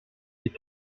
est